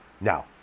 Now